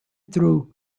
through